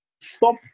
stop